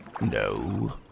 No